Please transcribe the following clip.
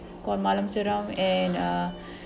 called malam seram and uh